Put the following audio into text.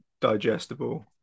digestible